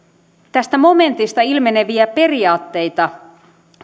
tästä momentista ilmeneviä periaatteita